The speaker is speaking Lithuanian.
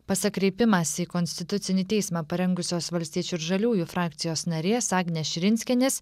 pasak kreipimąsi į konstitucinį teismą parengusios valstiečių ir žaliųjų frakcijos narės agnės širinskienės